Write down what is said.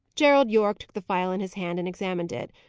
gerald yorke took the phial in his hand and examined it.